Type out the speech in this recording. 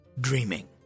dreaming